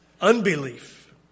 unbelief